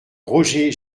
roger